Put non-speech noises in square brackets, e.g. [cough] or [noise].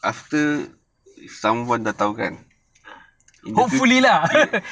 hopefully lah [laughs]